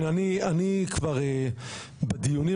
אני כבר בדיונים,